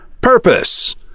Purpose